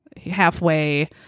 halfway